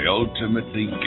ultimately